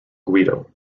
guido